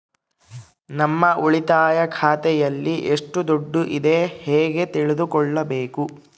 ನಮ್ಮ ಉಳಿತಾಯ ಖಾತೆಯಲ್ಲಿ ಎಷ್ಟು ದುಡ್ಡು ಇದೆ ಹೇಗೆ ತಿಳಿದುಕೊಳ್ಳಬೇಕು?